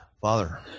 Father